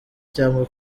cyangwa